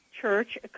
church